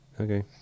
Okay